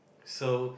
so